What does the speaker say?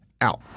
out